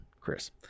Chris